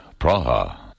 Praha